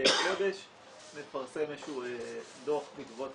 מדי חודש מפרסם איזה שהוא דוח בעקבות